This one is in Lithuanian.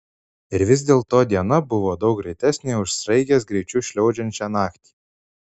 ir vis dėlto diena buvo daug greitesnė už sraigės greičiu šliaužiančią naktį